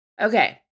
Okay